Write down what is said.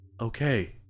Okay